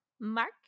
Mark